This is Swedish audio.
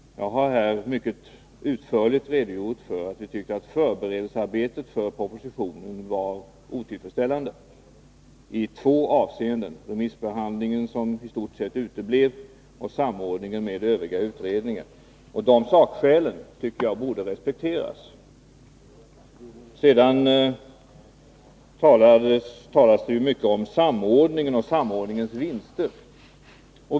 : Jag har utförligt redogjort för att förberedelsearbetet med propositionen var otillräckligt i två avseenden: remissbehandlingen, som i stort sett uteblev, och samordning med övriga utredningar. De sakskälen tycker jag borde respekteras. Det talas mycket om samordning och om samordningens vinster.